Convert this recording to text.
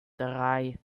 drei